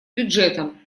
бюджетом